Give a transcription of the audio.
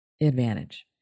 advantage